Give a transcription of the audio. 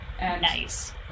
Nice